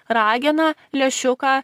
rageną lęšiuką